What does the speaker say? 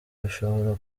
bishobora